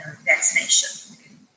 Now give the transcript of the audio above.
vaccination